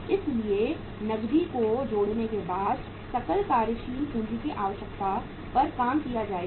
इसलिए नकदी को जोड़ने के बाद सकल कार्यशील पूंजी की आवश्यकता पर काम किया जाएगा